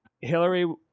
Hillary